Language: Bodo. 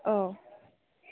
औ